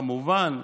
כמובן,